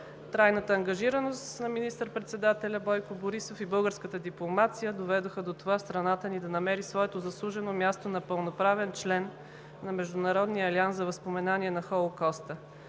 Трайната ангажираност на министър председателя Бойко Борисов и българската дипломация доведоха до това страната ни да намери своето заслужено място на пълноправен член на Международния алианс за възпоменание на Холокоста.